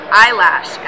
eyelash